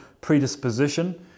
predisposition